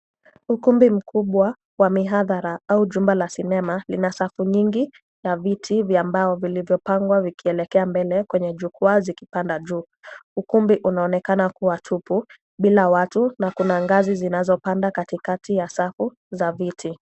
Ukumbi mkubwa wa mihadhara au jumba la sinema. Lina safu nyingi na viti vya mbao vilivyopangwa vikielekea mbele kwenye jukwaa zikipanda juu. Ukumbi unaonekana kuwa tupu bila watu na kuna ngazi zinazopanda katikati ya safu za viti.